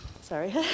Sorry